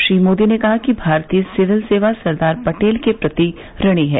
श्री मोदी ने कहा कि भारतीय सिविल सेवा सरदार पटेल के प्रति ऋणी है